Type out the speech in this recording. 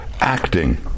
acting